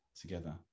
together